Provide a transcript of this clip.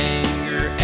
Anger